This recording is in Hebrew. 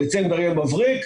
דצמבר יהיה מבריק,